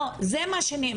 לא, זה מה שנאמר,